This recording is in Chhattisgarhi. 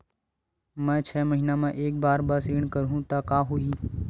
मैं छै महीना म एक बार बस ऋण करहु त का होही?